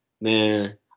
man